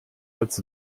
als